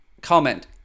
comment